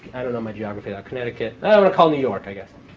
i don't know my geography like connecticut? i want to call new york, i guess.